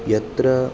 यत्र